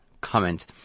comment